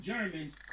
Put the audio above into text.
Germans